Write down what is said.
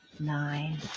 nine